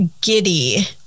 giddy